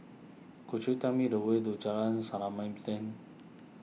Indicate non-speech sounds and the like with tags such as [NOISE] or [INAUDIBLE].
could you tell me the way to Jalan [UNINTELLIGIBLE]